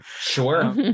sure